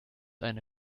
eine